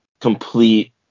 complete